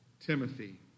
Timothy